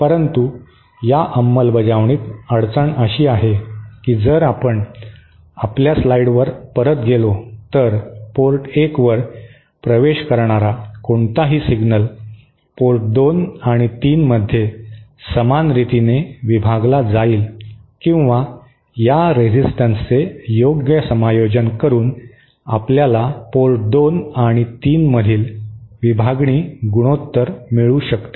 परंतु या अंमलबजावणीत अडचण अशी आहे की जर आपण आपल्या स्लाइडवर परत गेलो तर पोर्ट 1 वर प्रवेश करणारा कोणताही सिग्नल पोर्ट 2 आणि 3 मधे समान रीतीने विभागला जाईल किंवा या रेझीस्टन्सचे योग्य समायोजन करून आपल्याला पोर्ट 2 आणि 3 मधील विभागणी गुणोत्तर मिळू शकते